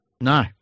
No